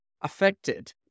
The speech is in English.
affected